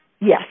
Yes